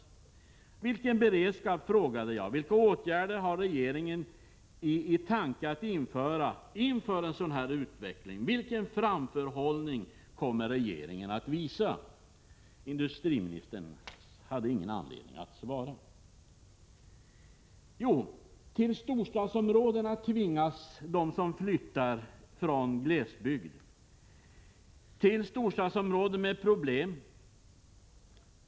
Jag frågade vilken beredskap regeringen har, vilka åtgärder regeringen tänker vidta inför en sådan här utveckling och vilken framförhållning som kommer att visas. Industriministern fann ingen anledning att svara. Till storstadsområden med problem tvingas de människor som flyttar från glesbygden.